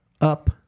up